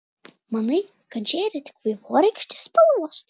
manai kad žėri tik vaivorykštės spalvos